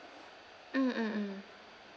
mm mm mm